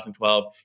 2012